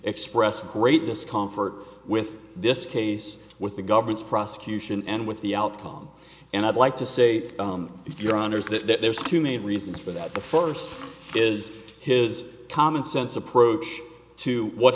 expressed great discomfort with this case with the government's prosecution and with the outcome and i'd like to say your honour's that there's two main reasons for that the first is his commonsense approach to what